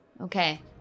Okay